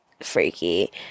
freaky